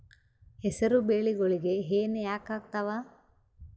ಹೆಸರು ಬೆಳಿಗೋಳಿಗಿ ಹೆನ ಯಾಕ ಆಗ್ತಾವ?